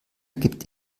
gibt